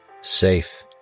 Safe